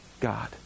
God